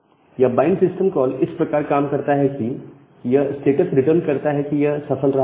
यह bind system call इस प्रकार काम करता है कि यह स्टेटस रिटर्न करता है कि सफल रहा या नहीं